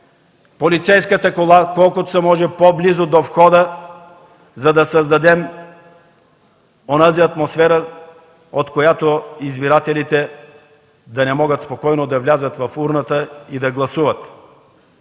полицейската кола, но колкото се може по-близо до входа, за да създадем онази атмосфера, от която избирателите да не могат спокойно да отидат до урната и да гласуват.